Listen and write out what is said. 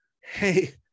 Hey